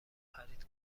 خرید